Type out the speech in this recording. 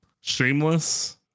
Shameless